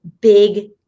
big